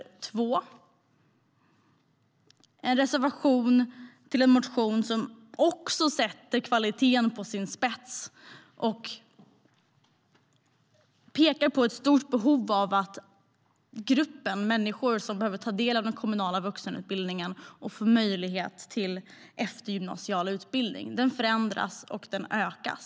Det är en reservation till en motion som också ställer kvaliteten på sin spets och pekar på ett stort behov av att förändra och utöka gruppen människor som behöver ta del av den kommunala vuxenutbildningen och få möjlighet till eftergymnasial utbildning.